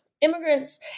immigrants